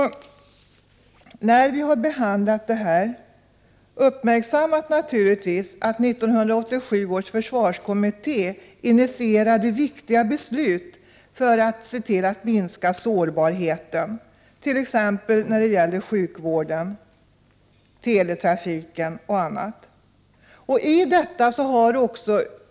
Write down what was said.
Under denna behandling har vi också naturligtvis uppmärksammat att 1987 års försvarskommitté initierade viktiga beslut för att se till att minska sårbarheten, t.ex. när det gäller sjukvården, teletrafiken och annat.